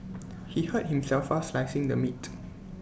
he hurt himself fast slicing the meat